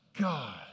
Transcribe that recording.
God